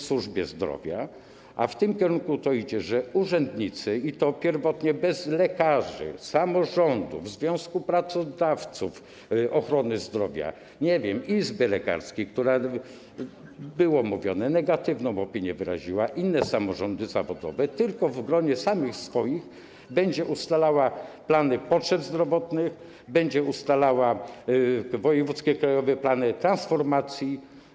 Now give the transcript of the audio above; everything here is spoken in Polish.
w służbie zdrowia, a w tym kierunku to idzie, że urzędnicy - i to pierwotnie bez lekarzy, samorządów, związku pracodawców ochrony zdrowia, nie wiem, izby lekarskiej, która, mówiono o tym, wyraziła negatywną opinię, innych samorządów zawodowych - w gronie samych swoich będzie ustalała plany potrzeb zdrowotnych, będzie ustalała wojewódzkie, krajowe plany transformacji.